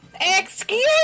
Excuse